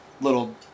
little